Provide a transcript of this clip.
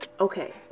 Okay